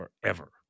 forever